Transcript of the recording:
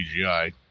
CGI